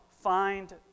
find